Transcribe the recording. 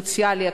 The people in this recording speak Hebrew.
הסוציאלי,